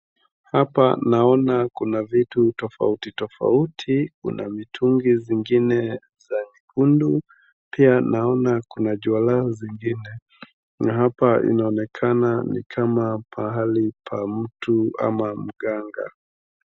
Hapa naona kuna vitu tofauti tofauti, kuna mitungi zingine za nyekundu pia naona kuna juala zingine na hapa inaonekana ni kama pahali pa mtu ama mganga.